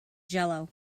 jello